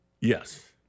Yes